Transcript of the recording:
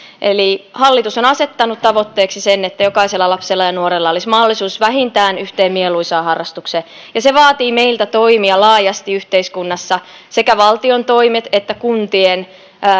eli hallitus on asettanut tavoitteeksi sen että jokaisella lapsella ja nuorella olisi mahdollisuus vähintään yhteen mieluisaan harrastukseen ja se vaatii meiltä toimia laajasti yhteiskunnassa sekä valtion toimia että kuntien